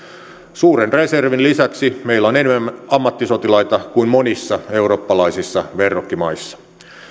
suuren reservin lisäksi meillä on enemmän ammattisotilaita kuin monissa eurooppalaisissa verrokkimaissa